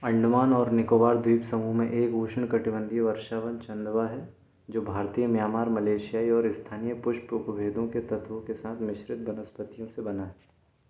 अंडमान और निकोबार द्वीप समूह में एक उष्णकटिबंधीय वर्षावन चंदवा है जो भारतीय म्यांमार मलेशियाई और स्थानीय पुष्प उपभेदों के तत्वों के साथ मिश्रित वनस्पतियों से बना है